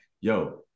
yo